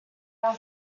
are